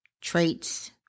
traits